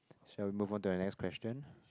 shall we move on to the next question